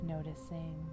Noticing